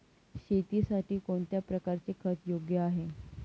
शेतीसाठी कोणत्या प्रकारचे खत योग्य आहे?